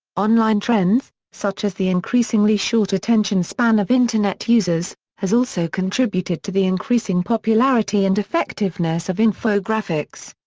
online trends, such as the increasingly short attention span of internet users, has also contributed to the increasing popularity and effectiveness of infographics.